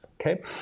Okay